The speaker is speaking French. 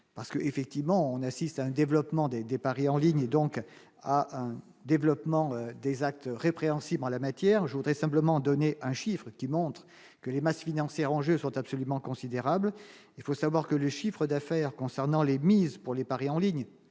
parce que, effectivement, on assiste à un développement des des paris en ligne et donc à un développement des actes répréhensibles en la matière, je voudrais simplement donner un chiffre qui montre que les masses financières en jeu sont absolument considérables, il faut savoir que le chiffre d'affaires concernant les mises pour les paris en ligne